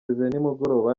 nimugoroba